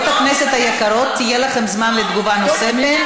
זכות הראשונים להכרה,